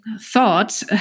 thought